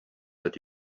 that